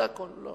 זה הכול.